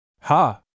Ha